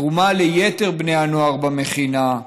התרומה ליתר בני הנוער במכינה,